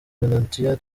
venantia